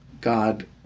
God